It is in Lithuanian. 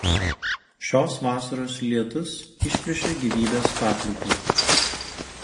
šios vasaros lietus išplėšė gyvybės papliūpą